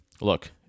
look